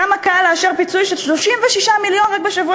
כמה קל לאשר פיצוי של 36 מיליון רק בשבוע